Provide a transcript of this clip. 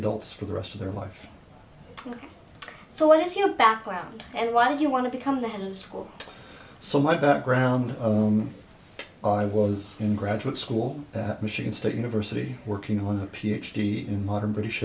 adults for the rest of their life so what is your background and why do you want to become the school so my background i was in graduate school that machine state university working on a ph d in modern british